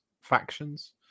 factions